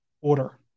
order